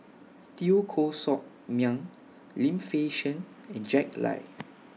Teo Koh Sock Miang Lim Fei Shen and Jack Lai